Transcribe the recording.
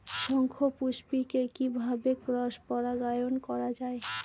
শঙ্খপুষ্পী কে কিভাবে ক্রস পরাগায়ন করা যায়?